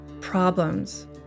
problems